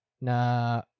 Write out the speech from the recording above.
na